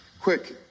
quick